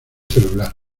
celular